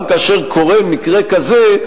גם כאשר קורה מקרה כזה,